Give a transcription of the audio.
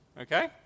okay